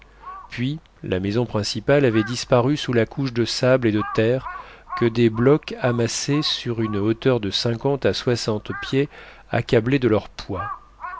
puis la maison principale avait disparu sous la couche de sable et de terre que des blocs amassés sur une hauteur de cinquante à soixante pieds accablaient de leur poids